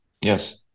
Yes